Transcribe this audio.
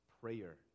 prayer